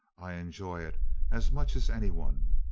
i enjoy it as much as any one.